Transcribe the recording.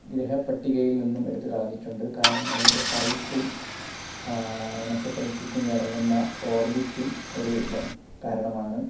ഗ്രഹപ്പട്ടികയിൽ നിന്നും എടുത്തു കളഞ്ഞിട്ടുണ്ട് കാരണം അതിൻ്റെ സൈസും നക്ഷത്രത്തിനു ചുറ്റും കറങ്ങുന്ന ഓർബിറ്റും ഒരു കാരണമാണ്